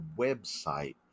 website